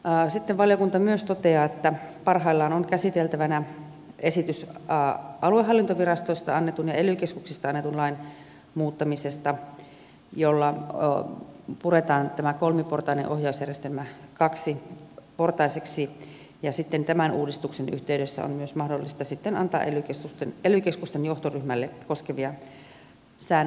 sitten valiokunta myös toteaa että parhaillaan on käsiteltävänä esitys aluehallintovirastoista annetun lain ja ely keskuksista annetun lain muuttamisesta jolla puretaan tämä kolmiportainen ohjausjärjestelmä kaksiportaiseksi ja sitten tämän uudistuksen yhteydessä on myös mahdollista antaa ely keskusten johtoryhmää koskevia säännöksiä